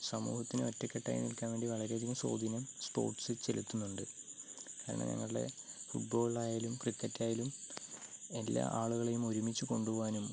സമൂഹത്തിന് ഒറ്റകെട്ടായി നില്ക്കാന് വേണ്ടി വളരെ അധികം സ്വാധീനം സ്പോര്ട്സ് ചെലുത്തുന്നുണ്ട് ഫുട് ബോൾ ആയാലും ക്രിക്കറ്റ് ആയാലും എല്ലാ ആളുകളെയും ഒരുമിച്ച് കൊണ്ടു പോകാനും